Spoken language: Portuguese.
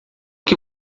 que